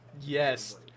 Yes